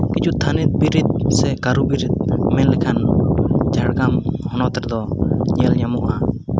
ᱠᱤᱪᱷᱩ ᱛᱷᱟᱹᱱᱤᱛ ᱵᱤᱨᱤᱫ ᱥᱮ ᱠᱟᱹᱨᱩ ᱵᱤᱨᱤᱫ ᱢᱮᱱ ᱞᱮᱠᱷᱟᱱ ᱡᱷᱟᱲᱜᱨᱟᱢ ᱦᱚᱱᱚᱛ ᱨᱮᱫᱚ ᱧᱮᱞ ᱧᱟᱢᱚᱜᱼᱟ